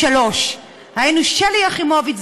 שלוש: היינו שלי יחימוביץ,